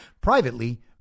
privately